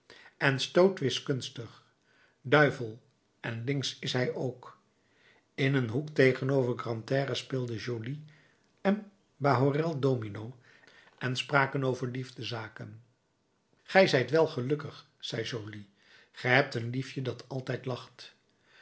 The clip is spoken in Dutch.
en stoot wiskunstig duivel en links is hij ook in een hoek tegenover grantaire speelden joly en bahorel domino en spraken over liefdezaken ge zijt wel gelukkig zei joly ge hebt een liefje dat altijd lacht